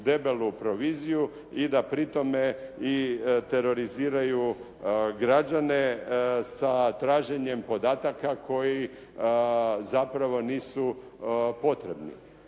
debelu proviziju i da pri tome i teroriziraju građane sa traženjem podataka koji zapravo nisu potrebni.